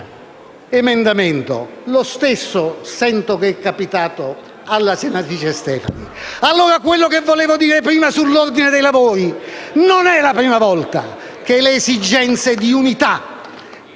emendamento. Lo stesso sento che è capitato alla senatrice Stefani. Ecco, allora, quello che volevo dire prima sull'ordine dei lavori: non è la prima volta che capita.